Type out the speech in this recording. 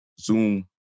Zoom